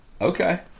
Okay